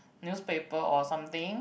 newspaper or something